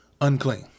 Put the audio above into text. unclean